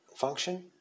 function